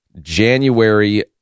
January